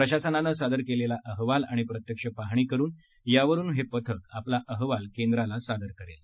प्रशासनाने सादर केलेला अहवाल आणि प्रत्यक्ष पाहणी यावरुन हे पथक आपला अहवाल केंद्राला सादर करणार आहे